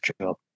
job